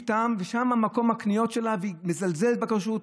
טעם ושם מקום הקניות שלה והיא מזלזלת בכשרות.